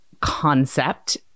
concept